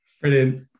Brilliant